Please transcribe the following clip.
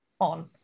on